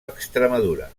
extremadura